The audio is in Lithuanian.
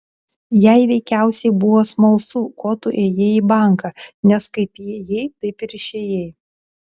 jai veikiausiai buvo smalsu ko tu ėjai į banką nes kaip įėjai taip ir išėjai